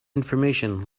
information